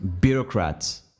bureaucrats